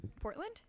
portland